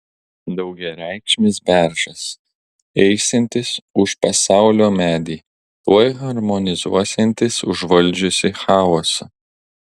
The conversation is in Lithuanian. daugiareikšmis beržas eisiantis už pasaulio medį tuoj harmonizuosiantis užvaldžiusį chaosą